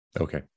Okay